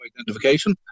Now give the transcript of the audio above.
Identification